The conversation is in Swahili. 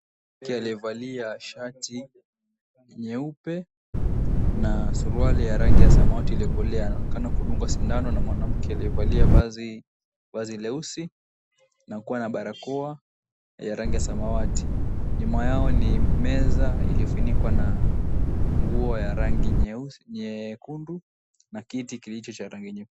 Mwanamke aliyevalia shati nyeupe, na suruali ya rangi ya samawati iliyokolea, anaonekana kudungwa sindano na mwanamke aliyevalia vazi leusi na kuwa na barakoa ya rangi ya samawati. Nyuma yao ni meza iliyofunikwa na nguo ya rangi nyekundu na kiti kilicho cha rangi nyekundu.